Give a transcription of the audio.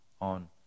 on